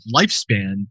lifespan